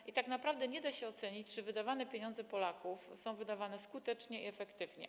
I tak naprawdę nie da się ocenić, czy pieniądze Polaków są wydawane skutecznie i efektywnie.